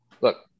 look